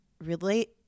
relate